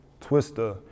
Twister